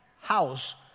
house